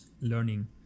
learning